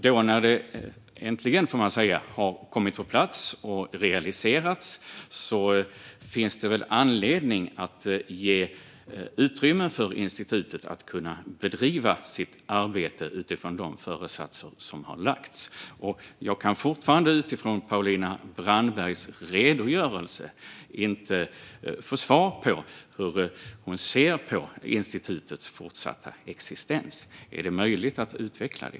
Nu när det äntligen, får man väl säga, har kommit på plats och realiserats finns det väl anledning att ge utrymme för institutet att kunna bedriva sitt arbete utifrån de föresatser som har lagts fast. Jag hör fortfarande inte i Paulina Brandbergs redogörelse något svar på hur hon ser på institutets fortsatta existens. Är det möjligt att utveckla det?